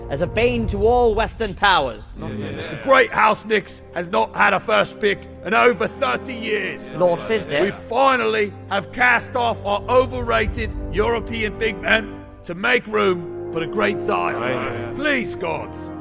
a bane to all western powers. the great house knicks has not had a first pick in over thirty years lord fizdale? we finally have cast off our overrated european big man to make room for the great zion please, gods,